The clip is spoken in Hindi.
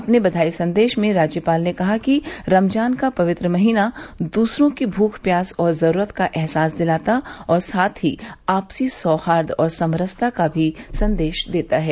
अपने बधाई संदेश में राज्यपाल ने कहा कि रमजान का पवित्र महीना दूसरों की भूख प्यास और जरूरत का अहसास दिलाता और साथ ही आपसी सौहार्द और समरसता का सन्देश भी देता है